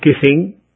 kissing